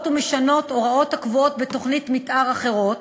ומשנות הוראות הקבועות בתוכניות מִתאר אחרות,